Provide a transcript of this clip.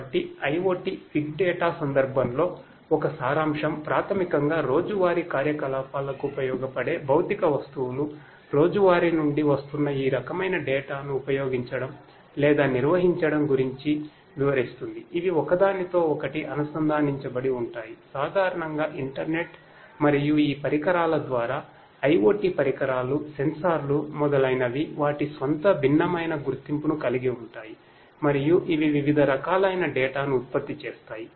కాబట్టి IoT big data ను ఉత్పత్తి చేస్తాయి